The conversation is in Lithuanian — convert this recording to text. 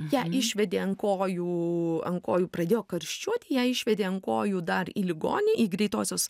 ją išvedė ant kojų ant kojų pradėjo karščiuot ją išvedė ant kojų dar į ligoni į greitosios